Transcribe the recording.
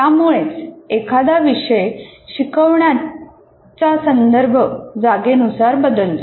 त्यामुळेच एखादा विषय शिकवण्याचा संदर्भ जागेनुसार बदलतो